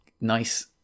nice